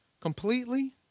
completely